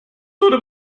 würde